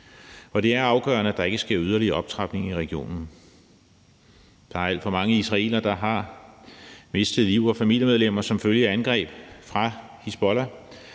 og det er afgørende, at der ikke sker yderligere optrapning i regionen. Der er alt for mange israelere, der har mistet livet og familiemedlemmer som følge af angreb fra Hizbollah,